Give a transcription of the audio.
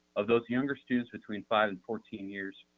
of those younger students, between five and fourteen years,